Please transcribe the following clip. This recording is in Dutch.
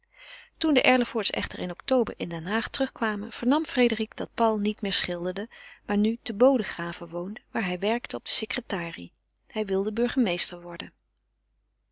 toen de erlevoorts echter in october in den haag terugkwamen vernam frédérique dat paul niet meer schilderde maar nu te bodegraven woonde waar hij werkte op de secretarie hij wilde burgemeester worden